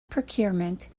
procurement